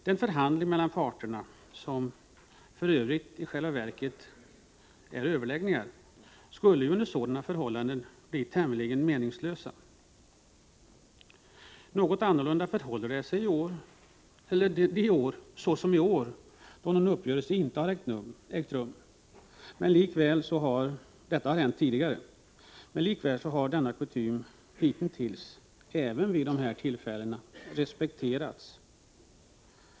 De förhandlingar mellan parterna som för övrigt i själva verket är överläggningar skulle ju under sådana förhållanden bli tämligen meningslösa. Något annorlunda förhåller det sig de år, såsom i år, då någon uppgörelse inte har träffats. Denna kutym har likväl hittills, även vid dessa tillfällen, respekterats.